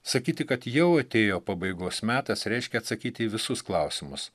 sakyti kad jau atėjo pabaigos metas reiškia atsakyti į visus klausimus